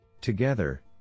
Together